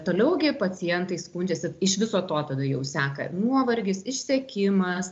toliau gi pacientai skundžiasi iš viso to tada jau seka nuovargis išsekimas